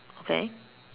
okay